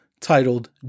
titled